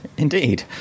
Indeed